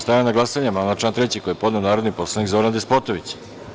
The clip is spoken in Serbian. Stavljam na glasanje amandman na član 3. koji je podneo narodni poslanik Zoran Despotović.